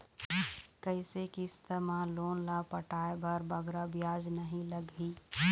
कइसे किस्त मा लोन ला पटाए बर बगरा ब्याज नहीं लगही?